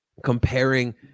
comparing